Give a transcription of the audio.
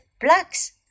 blocks